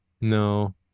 No